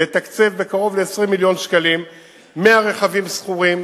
לתקצב בקרוב ל-20 מיליון שקלים 100 רכבים שכורים,